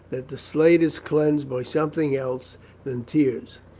that the slate is cleansed by something else than tears,